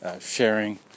Sharing